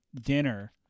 dinner